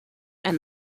and